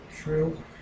True